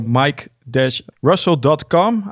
mike-russell.com